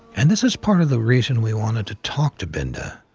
and this is part of the reason we wanted to talk to binda.